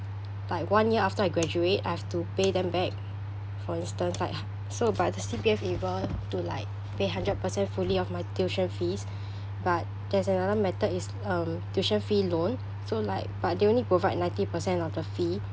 like one year after I graduate I have to pay them back for instance like so but the C_P_F able to like pay hundred percent fully of my tuition fees but there's another method is um tuition fee loan so like but they only provide ninety percent of the fee